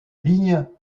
ligne